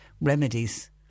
remedies